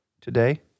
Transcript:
today